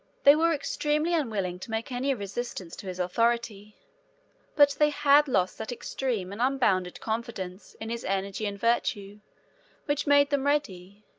they were extremely unwilling to make any resistance to his authority but they had lost that extreme and unbounded confidence in his energy and virtue which made them ready,